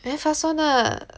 very fast one lah